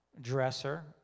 dresser